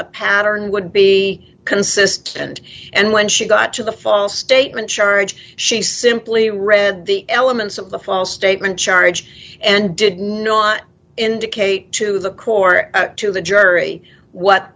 the pattern would be consistent and when she got to the false statement charge she simply read the elements of the false statement charge and did not indicate to the core and to the jury what